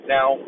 Now